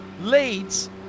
leads